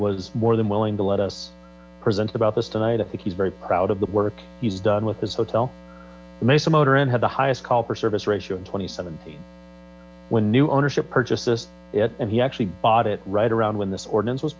was more than willing to let us present about this tonight i think he's very proud of the work he's done with this hotel mesa motor and had the highest call for service ratio in two thousand and seventeen when new ownership purchases and he actually bought it right around when this ordinance was